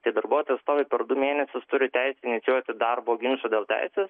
tai darbuotojas tuoj per du mėnesius turiu teisę inicijuoti darbo ginčą dėl teisės